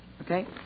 okay